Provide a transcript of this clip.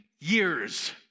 years